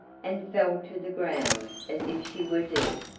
and fell to the ground as if she were dead.